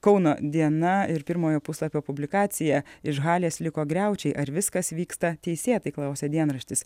kauno diena ir pirmojo puslapio publikacija iš halės liko griaučiai ar viskas vyksta teisėtai klausia dienraštis